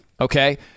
Okay